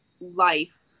life